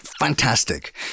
Fantastic